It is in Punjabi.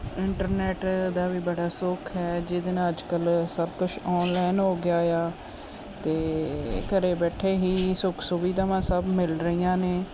ਇੰਟਰਨੈਟ ਦਾ ਵੀ ਬੜਾ ਸੁਖ ਹੈ ਜਿਹਦੇ ਨਾਲ ਅੱਜ ਕੱਲ੍ਹ ਸਭ ਕੁਛ ਆਨਲਾਈਨ ਹੋ ਗਿਆ ਆ ਅਤੇ ਘਰ ਬੈਠੇ ਹੀ ਸੁੱਖ ਸੁਵਿਧਾਵਾਂ ਸਭ ਮਿਲ ਰਹੀਆਂ ਨੇ